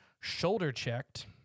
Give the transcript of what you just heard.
shoulder-checked